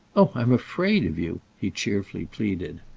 oh i'm afraid of you! he cheerfully pleaded.